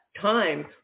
time